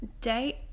date